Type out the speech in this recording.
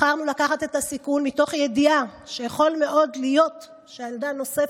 בחרנו לקחת את הסיכון מתוך ידיעה שיכול מאוד להיות שילדה נוספת,